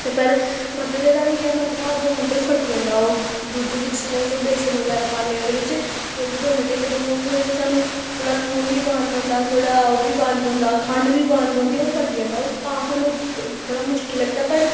ते पर मद्दरे दा बी इ'यै ऐ मद्दरा दौ मिंटे च फटी जंदा ओह् दुद्ध बिच्च जिल्लै अस ओह् बैसन बगैरा पान्ने ओह्दे बिच्च ते ओह् बी दो मिंटें च फटी जंदा क्योंकि ओह्दे बिच्च सानूं थोह्ड़ा लून बी पाना पौंदा थोह्ड़ा ओह् बी पाना पौंदा खंड बी पाना पौंदी ओह् फटी जंदा ओह् तां सानूं थोह्ड़ा मुश्कल लगदा पर